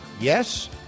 Yes